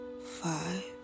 five